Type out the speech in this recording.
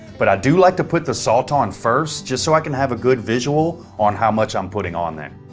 but i do like to put the salt on first just so i can have a good visual on how much i'm putting on there.